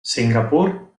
singapur